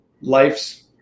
life's